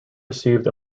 received